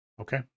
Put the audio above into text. Okay